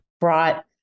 brought